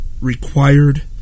required